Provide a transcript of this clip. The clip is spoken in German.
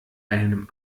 einem